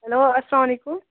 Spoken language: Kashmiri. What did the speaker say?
ہیلو اسلام علیکُم